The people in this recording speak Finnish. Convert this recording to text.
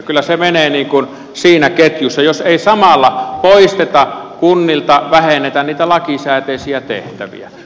kyllä se menee siinä ketjussa jos ei samalla poisteta kunnilta vähennetä niitä lakisääteisiä tehtäviä